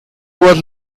was